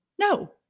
no